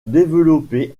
développer